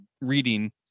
reading